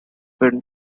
when